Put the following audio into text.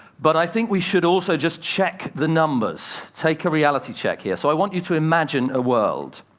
but i think we should also just check the numbers, take a reality check here. so i want you to imagine a world,